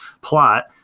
plot